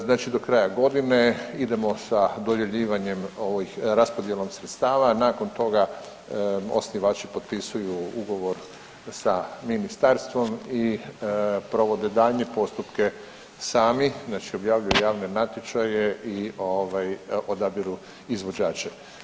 Znači do kraja godine idemo sa dodjeljivanjem ovih raspodjelom sredstava, nakon toga osnivači potpisuju ugovor sa ministarstvom i provode daljnje postupke sami, znači objavljuju javne natječaje i odabiru izvođače.